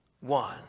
one